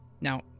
Now